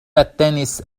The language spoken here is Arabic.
التنس